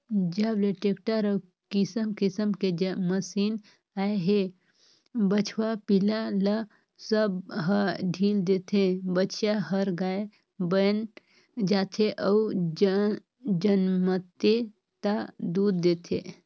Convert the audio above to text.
जब ले टेक्टर अउ किसम किसम के मसीन आए हे बछवा पिला ल सब ह ढ़ील देथे, बछिया हर गाय बयन जाथे अउ जनमथे ता दूद देथे